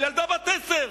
ילדה בת עשר,